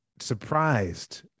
surprised